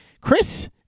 Chris